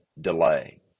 delay